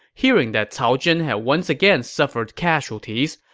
hearing that cao zhen had once again suffered casualties,